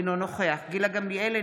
אינו נוכח גילה גמליאל,